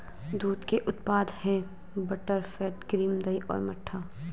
दूध के उत्पाद हैं बटरफैट, क्रीम, दही और मट्ठा